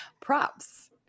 props